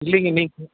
இல்லைங்க இன்னைக்கு